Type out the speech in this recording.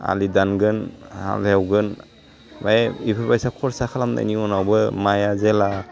आलि दानगोन हाल एवगोन ओमफ्राय बेफोरबायसा खरसा खालामनायनि उनावबो माया जेला